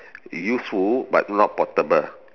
useful but not portable